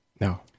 No